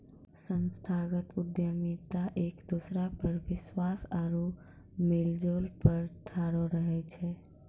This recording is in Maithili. संस्थागत उद्यमिता एक दोसरा पर विश्वास आरु मेलजोल पर ठाढ़ो रहै छै